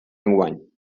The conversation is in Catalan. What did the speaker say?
enguany